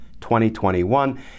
2021